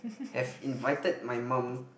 have invited my mum